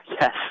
Yes